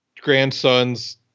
grandson's